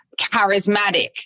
charismatic